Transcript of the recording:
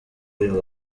uyu